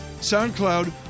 SoundCloud